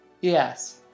yes